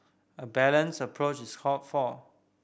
a balanced approach is called for